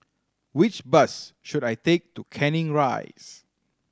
which bus should I take to Canning Rise